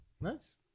nice